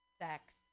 sex